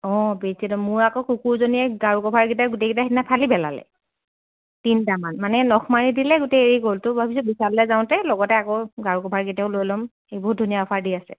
অঁ বেডশ্বীটো মোৰ আকৌ কুকুৰজনীয়ে গাৰু ক'ভাৰ কেইটা গোটেইকেইটা সিদিনা ফালি পেলালে তিনিটামান মানে নখমাৰি দিলে গোটেই এৰি গ'ল তো ভাবিছোঁ বিশাললে যাওঁতে লগতে আকৌ গাৰু ক'ভাৰকেইটোও লৈ ল'ম এই বহুত ধুনীয়া অ'ফাৰ দি আছে